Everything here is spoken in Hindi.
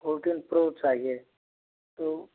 फ़ोर्टीन प्रो चाहिए तो